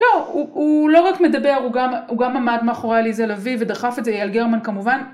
לא, הוא לא רק מדבר, הוא גם עמד מאחורי עליזה לוי ודחף את אייל גרמן כמובן.